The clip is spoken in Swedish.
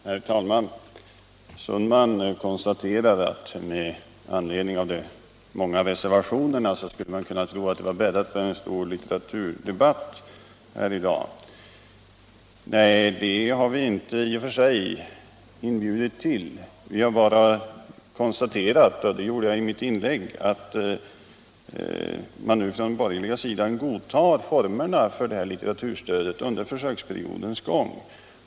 Herr talman! Herr Sundman konstaterar att man med anledning av de många reservationerna skulle kunna tro att det var bäddat för stor litteraturdebatt här i dag. Nej, det har vi inte i och för sig inbjudit till. Vi har bara konstaterat — och det sade jag i mitt tidigare inlägg — att man nu från den borgerliga sidan godtar formerna för litteraturstödet under försöksperiodens gång.